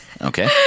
Okay